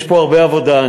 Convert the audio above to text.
יש פה הרבה עבודה.